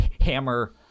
hammer